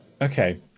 Okay